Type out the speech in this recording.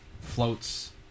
floats